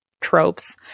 tropes